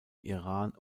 iran